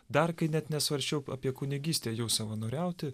dar kai net nesvarsčiau apie kunigystę ėjau savanoriauti